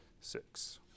six